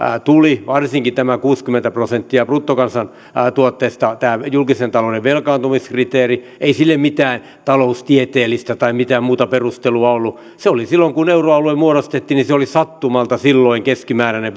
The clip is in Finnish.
tulivat varsinkin tämä kuusikymmentä prosenttia bruttokansantuotteesta tämä julkisen talouden velkaantumiskriteeri ei sille mitään taloustieteellistä tai mitään muuta perustelua ollut se oli silloin kun euroalue muodostettiin sattumalta keskimääräinen